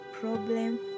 problem